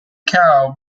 cow